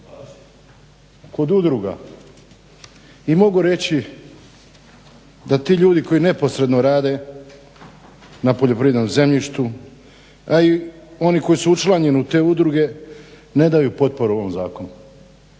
kod udruga i mogu reći da ti ljudi koji neposredno rade na poljoprivrednom zemljištu, a i oni koji su učlanjeni u te udruge ne daju potporu ovom zakonu.